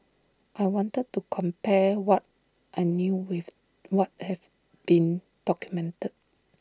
I wanted to compare what I knew with what have been documented